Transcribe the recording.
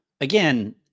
again